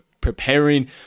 preparing